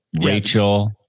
Rachel